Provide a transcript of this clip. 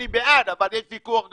אני בעד, אבל יש ויכוח גדול,